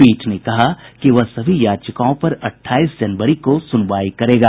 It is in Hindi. पीठ ने कहा कि वह सभी याचिकाओं पर अठाईस जनवरी को सुनवाई करेगा